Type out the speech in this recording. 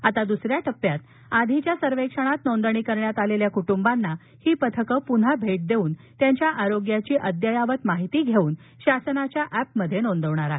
आता दुसऱ्या टप्प्यात आधीच्या सर्वेक्षणात नोंदणी करण्यात आलेल्या कूटुंबांना ही पथकं पुन्हा भेटी देऊन त्यांच्या आरोग्याची अद्ययावत माहिती घेऊन शासनाच्या एपमध्ये नोंदविणार आहेत